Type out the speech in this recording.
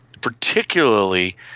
particularly